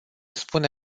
spune